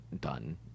done